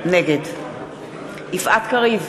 נגד יפעת קריב,